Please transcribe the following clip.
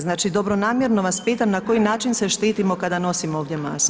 Znači, dobronamjerno vas pitam na koji način se štitimo kada nosimo ovdje masku?